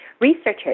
researchers